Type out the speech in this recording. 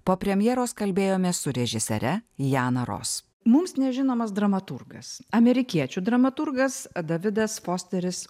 po premjeros kalbėjomės su režisiere jana ros mums nežinomas dramaturgas amerikiečių dramaturgas davidas fosteris